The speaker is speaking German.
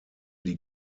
die